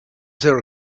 there